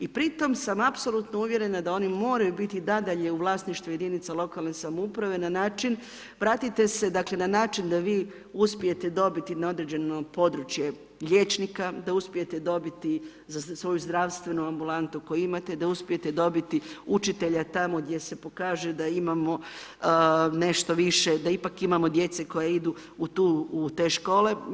I pritom sam apsolutno uvjerena da oni moraju biti i nadalje u vlasništvu jedinica lokalne samouprave na način vratite se dakle na način da vi uspijete dobiti na određeno području liječnika da uspijete dobiti za svoju zdravstvenu ambulantu koju imate, da uspijete dobiti učitelja tamo gdje se pokaže da imamo nešto više da ipak imamo djece koja idu u te škole.